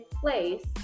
place